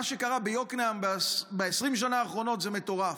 מה שקרה ביקנעם ב-20 השנה האחרונות זה מטורף.